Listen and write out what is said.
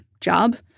job